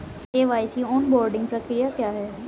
KYC onboarding प्रक्रिया क्या है?